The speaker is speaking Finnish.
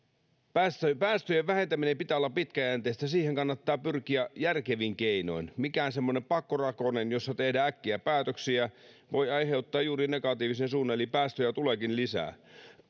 päästöjen päästöjen vähentämisen pitää olla pitkäjänteistä siihen kannattaa pyrkiä järkevin keinoin semmoinen pakkorakonen jossa tehdään äkkiä päätöksiä voi aiheuttaa juuri negatiivisen suunnan eli päästöjä tuleekin lisää